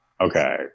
Okay